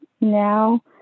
Now